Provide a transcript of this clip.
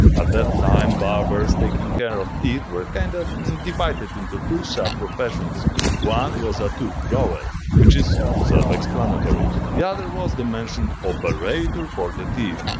at that time barbers taking care of teeth were kinda divided into two sub-proffesions one was a tooth drawer which is self explanatory, the other was the mentioned operator for the teeth,